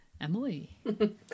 Emily